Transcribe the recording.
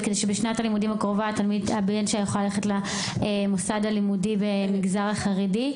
כדי בשנת הלימודים הקרובה הבן שלה יוכל ללכת למוסד הלימודי במגזר החרדי.